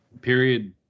Period